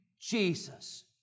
Jesus